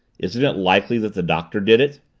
isn't it likely that the doctor did it?